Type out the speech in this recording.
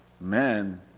men